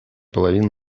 половины